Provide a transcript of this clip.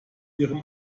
ihrem